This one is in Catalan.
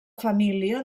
família